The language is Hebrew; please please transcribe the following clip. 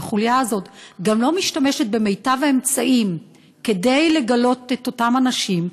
והחוליה הזאת גם לא משתמשת במיטב האמצעים כדי לגלות את אותם אנשים,